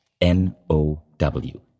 N-O-W